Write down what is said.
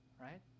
right